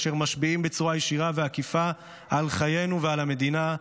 אשר משפיעים בצורה ישירה ועקיפה על חיינו ועל המדינה,